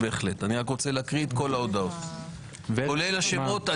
אני רק רוצה להקריא את כל ההודעות, כולל השמות.